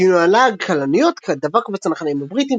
כינוי הלעג "כלניות" דבק בצנחנים הבריטים